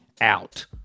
out